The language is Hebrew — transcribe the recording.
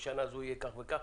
בשנה זו יהיה כך וכך.